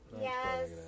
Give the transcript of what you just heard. Yes